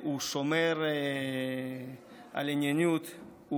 הוא שומר על ענייניות,